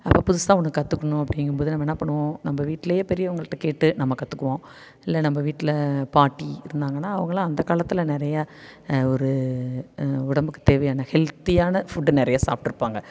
அப்போ புதுசாக ஒன்ன கத்துக்கணும் அப்பிடிங்கும்போது நம்ம என்ன பண்ணுவோம் நம்ம வீட்லயே பெரியவங்கள்ட கேட்டு நம்ம கத்துக்குவோம் இல்லை நம்ம வீட்டில பாட்டி இருந்தாங்கனால் அவங்கள்லாம் அந்தக் காலத்தில் நிறையா ஒரு உடம்புக்குத் தேவையான ஹெல்தியான ஃபுட்டு நிறைய சாப்பிட்ருப்பாங்க